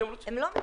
מותר לו להגיד.